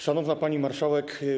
Szanowna Pani Marszałek!